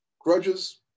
grudges